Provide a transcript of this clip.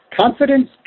confidence